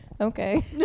okay